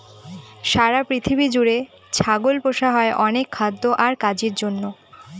সারা পৃথিবী জুড়ে ছাগল পোষা হয় অনেক খাদ্য আর কাজের জন্য